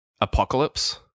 Apocalypse